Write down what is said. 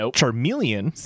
Charmeleon